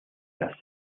las